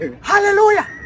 Hallelujah